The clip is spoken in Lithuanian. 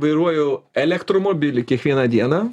vairuoju elektromobilį kiekvieną dieną